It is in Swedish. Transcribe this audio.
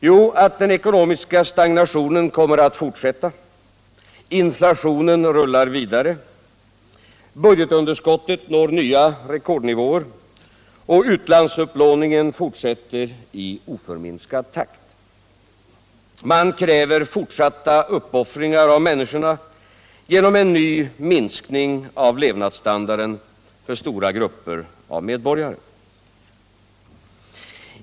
Jo, att den ekonomiska stagnationen fortsätter, inflationen rullar vidare, budgetunderskottet når nya rekordnivåer och utlandsupplåningen fortsätter i oförminskad takt. Man kräver fortsatta uppoffringar av människorna genom en ny minskning av levnadsstandarden för stora medborgargrupper.